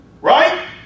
Right